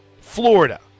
Florida